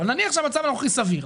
אבל נניח שהמצב היום הוא סביר,